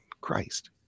Christ